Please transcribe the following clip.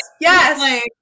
yes